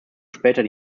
später